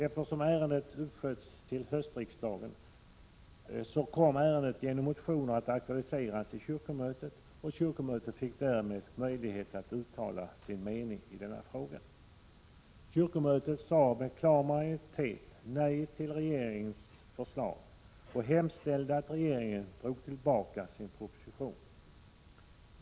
Eftersom riksdagsärendet uppsköts till höstriksdagen kom frågan att genom motioner aktualiseras i kyrkomötet, och kyrkomötet fick därmed möjlighet att uttala sin mening. Kyrkomötet sade med klar majoritet nej till regeringens förslag och hemställde att regeringen skulle dra tillbaka sin proposition.